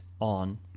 on